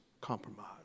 compromise